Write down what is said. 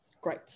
great